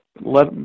let